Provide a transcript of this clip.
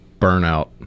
burnout